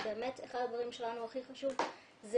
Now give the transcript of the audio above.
באמת אחד הדברים שלנו הכי חשוב זה